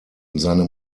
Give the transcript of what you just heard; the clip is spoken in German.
seine